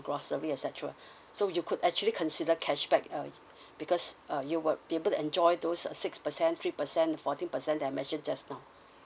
grocery et cetera so you could actually consider cashback uh because uh you will be able to enjoy those uh six percent three percent fourteen percent that I mentioned just now